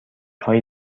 هایی